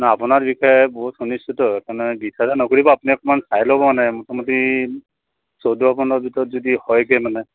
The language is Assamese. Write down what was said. ন আপোনাৰ বিষয়ে বহুত শুনিছোতো সেইকাৰণে বিছ হাজাৰ নকৰিব আপুনি অকণমান চাই ল'ব মানে মোটামুটি চৈধ্য পোন্ধৰ ভিতৰত যদি হয়গৈ মানে